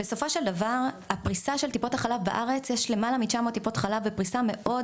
בסופו של דבר יש למעלה מ-900 טיפות חלב בפריסה ארצית מאוד